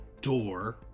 door